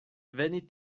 veni